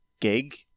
gig